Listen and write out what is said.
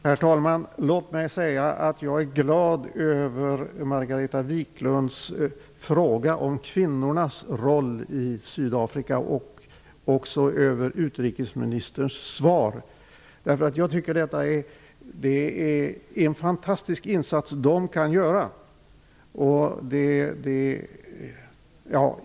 Herr talman! Låt mig säga att jag är glad över Sydafrika och också över utrikesministerns svar. Kvinnorna kan göra en fantastisk insats.